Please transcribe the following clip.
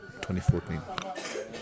2014